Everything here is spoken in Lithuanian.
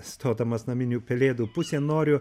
stodamas naminių pelėdų pusėn noriu